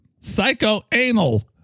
Psychoanal